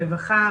רווחה,